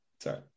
Sorry